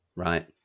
Right